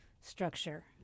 structure